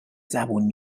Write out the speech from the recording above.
زبون